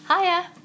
hiya